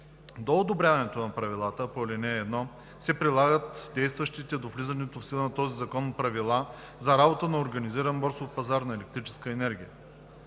До одобряването на правилата по ал. 1 се прилагат действащите до влизането в сила на този закон правила за работа на организиран борсов пазар на електрическа енергия.